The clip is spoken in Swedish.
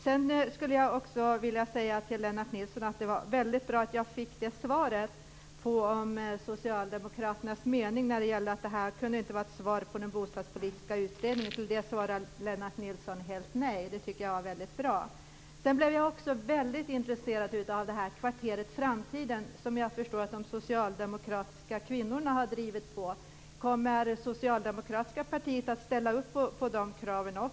Jag skulle också vilja säga till Lennart Nilsson att jag fick ett bra svar på frågan om socialdemokraternas mening när det gäller att det här inte kunde vara ett svar på den bostadspolitiska utredningen. På det svarade Lennart Nilsson helt nej. Det tycker jag var bra. Sedan blev jag också väldigt intresserad av kvarteret Framtiden. Jag förstår att de socialdemokratiska kvinnorna har drivit på i den frågan. Kommer också det socialdemokratiska partiet att ställa upp på de kraven?